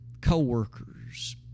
Co-workers